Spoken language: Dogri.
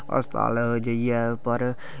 अस्पताल जाइयै पर